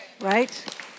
right